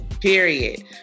period